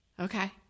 Okay